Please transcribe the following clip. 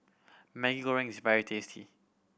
Maggi Goreng is very tasty